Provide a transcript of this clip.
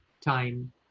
time